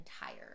entire